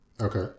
Okay